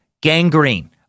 gangrene